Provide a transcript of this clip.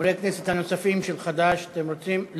חברי הכנסת הנוספים של חד"ש, אתם רוצים?